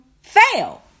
fail